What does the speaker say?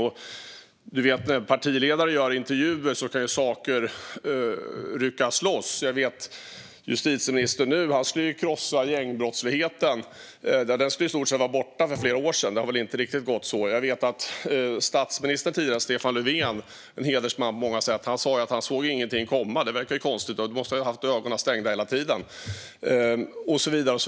När partiledare och andra ger intervjuer kan uttalanden ryckas loss. Justitieministern skulle krossa gängbrottsligheten, och den skulle ha varit borta för flera år sedan. Men så har det inte riktigt gått. Tidigare statsminister Stefan Löfven, en hedersman på många sätt, sa att han inte såg det komma. Konstigt, han måste ha haft ögonen stängda hela tiden.